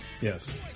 Yes